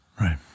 Right